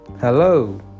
Hello